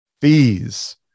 fees